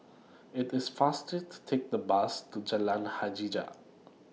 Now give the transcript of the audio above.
IT IS faster to Take The Bus to Jalan Hajijah